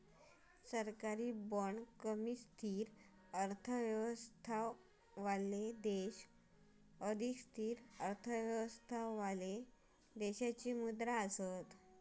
सरकारी बाँड कमी स्थिर अर्थव्यवस्थावाले देश अधिक स्थिर अर्थव्यवस्थावाले देशाची मुद्रा हा